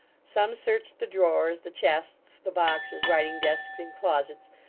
some searched the drawers, the chests, the boxes, writing-desks, and closets,